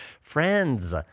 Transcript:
Friends